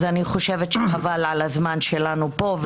אני חושבת שחבל על הזמן שלנו פה,